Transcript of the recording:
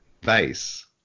base